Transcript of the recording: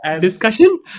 discussion